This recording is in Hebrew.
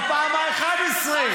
בפעם ה-11.